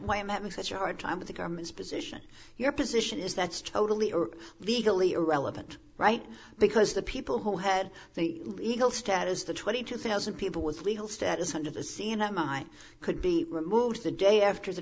i'm having such a hard time with the government's position your position is that's totally or legally irrelevant right because the people who head the legal status of the twenty two thousand people with legal status under the sea and i could be removed the day after the